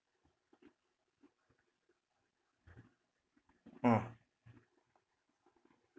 ah